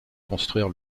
construire